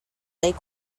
lake